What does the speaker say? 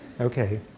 Okay